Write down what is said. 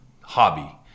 hobby